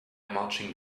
marching